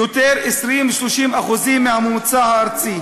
20% 30% יותר מהממוצע הארצי.